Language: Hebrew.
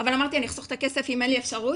אבל אמרתי אני אחסוך את הכסף אם אין לי אפשרות.